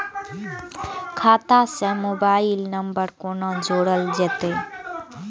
खाता से mobile number कोना जोरल जेते?